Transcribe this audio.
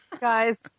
guys